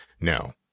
No